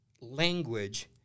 language